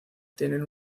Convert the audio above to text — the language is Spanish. tienen